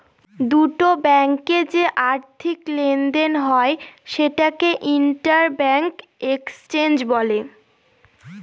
দুটো ব্যাঙ্কে যে আর্থিক লেনদেন হয় সেটাকে ইন্টার ব্যাঙ্ক এক্সচেঞ্জ বলে